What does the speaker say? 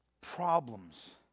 problems